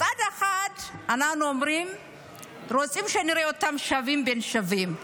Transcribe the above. מצד אחד אנחנו אומרים שאנחנו רוצים לראות אותם שווים בין שווים,